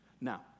Now